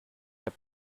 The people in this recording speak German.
habe